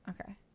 Okay